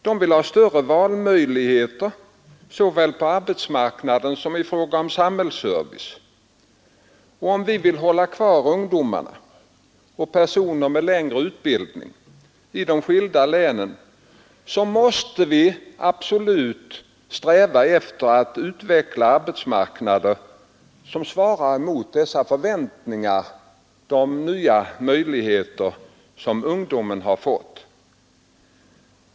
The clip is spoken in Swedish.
De vill ha större valmöjligheter, såväl på arbetsmarknaden som i fråga om samhällsservice. Om vi vill hålla kvar ungdomarna och personer med längre utbildning i de skilda länen, måste vi sträva efter att utveckla arbetsmarknader som svarar mot dessa förväntningar och mot de nya möjligheter som ungdomarna har.